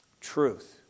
Truth